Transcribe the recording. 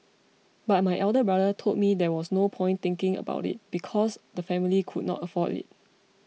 but my elder brother told me there was no point thinking about it because the family could not afford it